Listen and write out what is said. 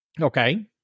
Okay